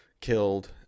killed